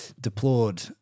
deplored